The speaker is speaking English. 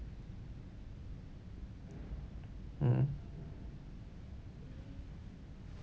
mm